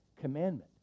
commandment